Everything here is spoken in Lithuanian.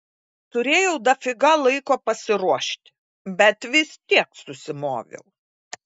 turėjau dafiga laiko pasiruošti bet vis tiek susimoviau